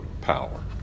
power